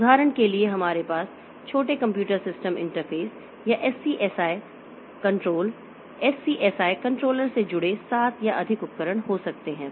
उदाहरण के लिए हमारे पास छोटे कंप्यूटर सिस्टम इंटरफेस या SCSI कंट्रोल SCSI कंट्रोलर से जुड़े सात या अधिक उपकरण हो सकते हैं